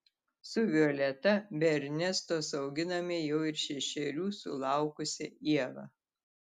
su violeta be ernestos auginame jau ir šešerių sulaukusią ievą